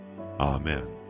Amen